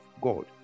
God